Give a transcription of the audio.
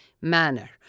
manner